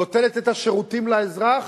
נותנת את השירותים לאזרח.